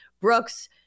Brooks